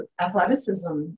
athleticism